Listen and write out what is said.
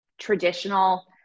traditional